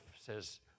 says